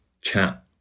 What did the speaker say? chat